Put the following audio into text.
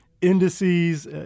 indices